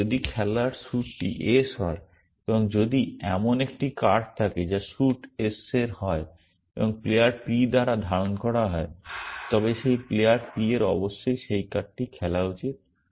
এবং যদি খেলার স্যুটটি s হয় এবং যদি এমন একটি কার্ড থাকে যা স্যুট s এর হয় এবং প্লেয়ার p দ্বারা ধারণ করা হয় তবে সেই প্লেয়ার p এর অবশ্যই সেই কার্ডটি খেলা উচিত